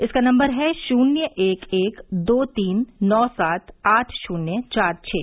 इसका नंबर है शून्य एक एक दो तीन नौ सात आठ शून्य चार छः